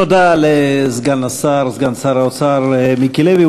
תודה לסגן שר האוצר מיקי לוי.